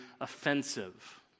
offensive